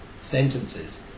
sentences